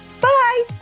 Bye